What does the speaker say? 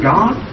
God